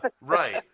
Right